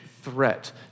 threat